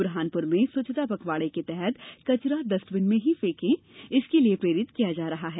बुरहानपुर में स्वच्छता पखवाड़े के तहत कचरा डस्टबिन में ही कचरा फेकने के लिए प्रेरित किया जा रहा है